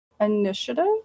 initiative